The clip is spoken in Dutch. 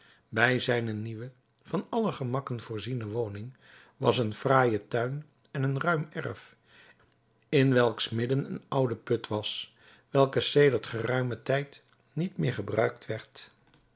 bij zijne nieuwe van alle gemakken voorziene woning was een fraaije tuin en een ruim erf in welks midden een oude put was welke sedert geruimen tijd niet meer gebruikt werd